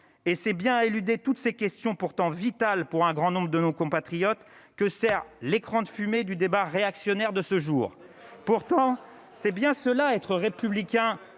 et c'est bien, a éludé toutes ces questions pourtant vital pour un grand nombre de nos compatriotes que sert l'écran de fumée du débat réactionnaire de ce jour pourtant, c'est bien cela, être républicain